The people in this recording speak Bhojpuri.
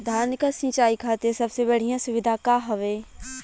धान क सिंचाई खातिर सबसे बढ़ियां सुविधा का हवे?